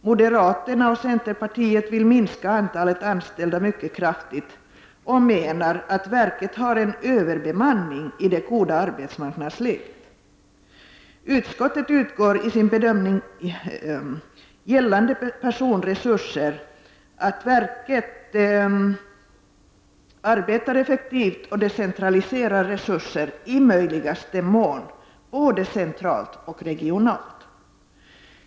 Moderaterna och centerpartiet vill minska antalet anställda mycket kraftigt och menar att verket har en överbemanning i det goda arbetsmarknadsläget. Utskottet utgår i sin bedömning gällande personresurser från att verket arbetar effektivt och decentraliserar resurser i möjligaste mån både centralt och regionalt.